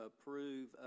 approve